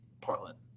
Portland